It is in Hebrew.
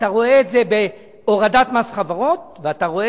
אתה רואה את זה בהורדת מס חברות ואתה רואה